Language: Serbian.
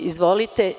Izvolite.